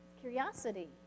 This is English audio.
curiosity